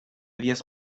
diez